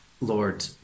Lord